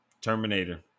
Terminator